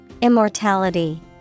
Immortality